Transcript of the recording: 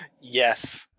Yes